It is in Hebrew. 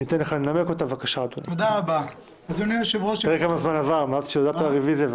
בקשת יושב-ראש ועדת החוקה,